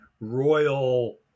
royal